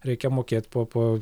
reikia mokėt po po